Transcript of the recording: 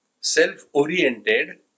self-oriented